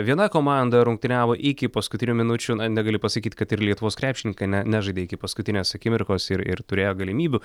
viena komanda rungtyniavo iki paskutinių minučių na negaliu pasakyt kad ir lietuvos krepšininkai ne nežaidė iki paskutinės akimirkos ir ir turėjo galimybių